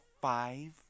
five